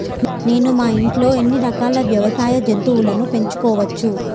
నేను మా ఇంట్లో ఎన్ని రకాల వ్యవసాయ జంతువులను పెంచుకోవచ్చు?